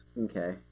okay